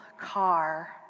car